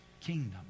kingdom